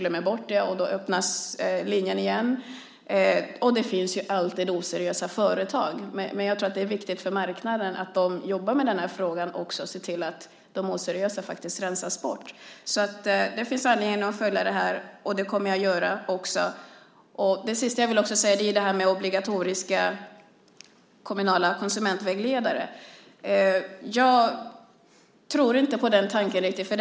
Glömmer man det öppnas linjen igen. Det finns alltid oseriösa företag, men jag tror att det är viktigt för marknaden att jobba med frågan och se till att de oseriösa företagen rensas bort. Det finns anledning att följa detta, och det kommer jag också att göra. Till sist vill jag säga något om obligatoriska kommunala konsumentvägledare. Jag tror inte riktigt på den tanken.